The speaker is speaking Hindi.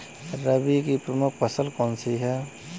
रबी की प्रमुख फसल कौन सी है?